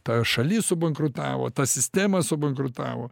ta šalis subankrutavo ta sistema subankrutavo